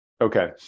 Okay